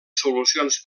solucions